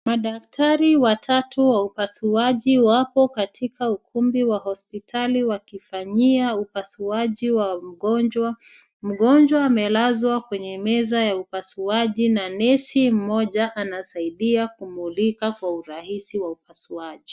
Madaktari watatu wa upasiaji wako katika ukumbi wa hospitali wakifanyia upasuaji wa mgonjwa. Mgonjwa amelazwa kwenye meza ya upasuaji na nesi mmoja anasaidia kumulikwa kwa urahisi wa upasuaji.